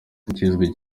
ikizwi